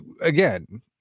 again